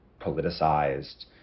politicized